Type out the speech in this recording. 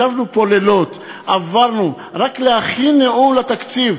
ישבנו פה לילות, עברנו, רק להכין נאום לתקציב,